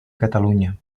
catalunya